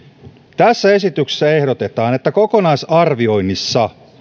tässä esityksessä ehdotetaan että kokonaisarvioinnissa